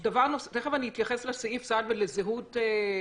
וקבענו שהדברים ייקבעו בנוהל אבל לטעמנו אין